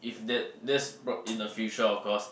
if that that's pro~ in the future of course